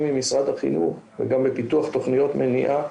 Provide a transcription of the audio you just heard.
עם משרד החינוך וגם בפיתוח תוכניות מניעה